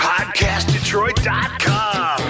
PodcastDetroit.com